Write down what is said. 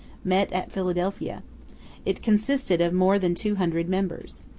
met at philadelphia it consisted of more than two hundred members.